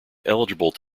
eligible